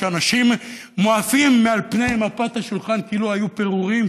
שאנשים מועפים מעל פני מפת השולחן כאילו היו פירורים,